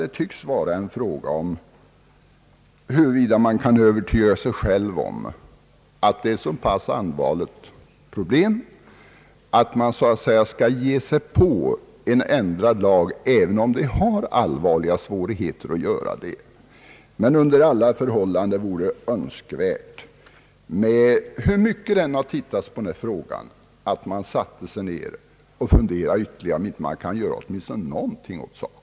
Det tycks vara en fråga om huruvida man kan övertyga sig själv om att det är ett så allvarligt problem att vi bör ändra lagen även om detta skulle kunna medföra vissa allvarliga svårigheter. Under alla förhållanden vore det önskvärt, hur mycket man än tidigare har studerat den här frågan, att man satte sig ned och funderade på om man inte kunde göra åtminstone någonting åt den.